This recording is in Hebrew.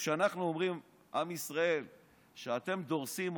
כשאנחנו אומרים לעם ישראל שאתם דורסים,